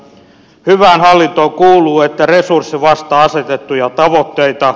hyvään hallintoon kuuluu että resurssi vastaa asetettuja tavoitteita